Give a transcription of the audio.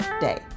day